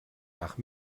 nach